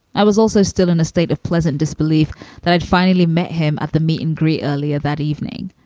i was also still in a state of pleasant disbelief that i'd finally met him at the meeting gree earlier that evening.